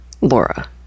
Laura